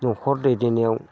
न'खर दैदेननायाव